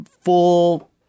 full